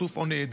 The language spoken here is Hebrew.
חטוף או נעדר.